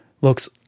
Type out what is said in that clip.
looks